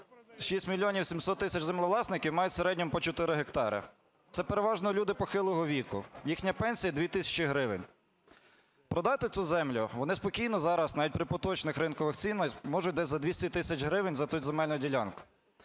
6 мільйонів 700 тисяч землевласників мають в середньому по 4 гектари. Це переважно люди похилого віку, їхня пенсія 2 тисячі гривень. Продати цю землю вони спокійно зараз навіть при поточних ринкових цінах можуть десь за 200 тисяч гривень за ту земельну ділянку.